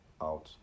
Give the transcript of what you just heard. out